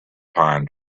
pine